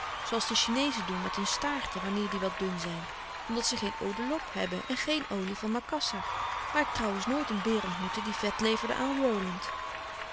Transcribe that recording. zooals de chinezen doen met hun staarten wanneer die wat dun zyn omdat ze geen eau de lob hebben en geen olie van makasser waar ik trouwens nooit n beer ontmoette die vet leverde